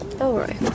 Elroy